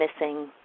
missing